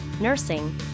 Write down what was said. nursing